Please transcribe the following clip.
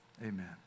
amen